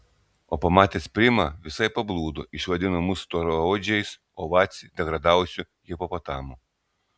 o pamatęs primą visai pablūdo išvadino mus storaodžiais o vacį degradavusiu hipopotamu